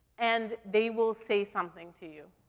and they will say something to you.